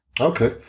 Okay